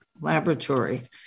laboratory